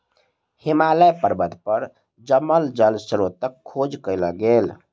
हिमालय पर्वत पर जमल जल स्त्रोतक खोज कयल गेल